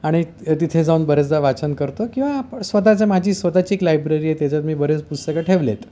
आणि तिथे जाऊन बरेचदा वाचन करतो किंवा आपण स्वतःचं माझी स्वतःची एक लायब्ररी आहे त्याच्यात मी बरेच पुस्तकं ठेवले आहेत